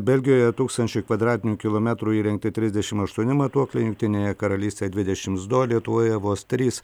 belgijoje tūkstančiui kvadratinių kilometrų įrengti trisdešim aštuoni matuokliai jungtinėje karalystėje dvidešims du o lietuvoje vos trys